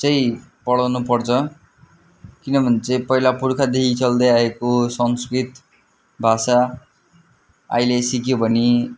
चाहिँ पढाउनु पर्छ किनभने चाहिँ पहिला पुर्खादेखि चल्दै आएको संस्कृत भाषा अहिले सिक्यौँ भने